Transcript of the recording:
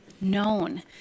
known